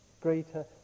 Greater